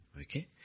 Okay